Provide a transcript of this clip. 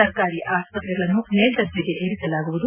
ಸರ್ಕಾರಿ ಆಸ್ತ್ರೆಗಳನ್ನು ಮೇಲ್ದರ್ಜೆಗೆ ಏರಿಸಲಾಗುವುದು